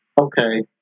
okay